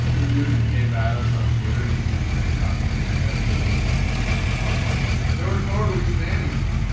the do that came at us on twitter because of this hot take that there would be some shenanigans there were totally shenanigans.